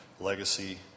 legacy